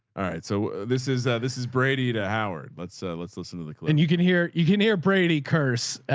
alright. so this is a, this is brady to howard, but so let's listen to the clip and you can hear, you can hear brady curse,